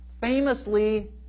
famously